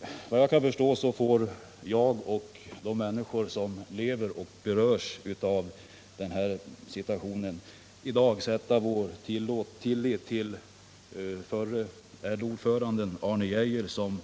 Såvitt jag kan förstå får jag och de andra människor som berörs av detta sätta vår lit till förre LO-ordföranden Arne Geijer, som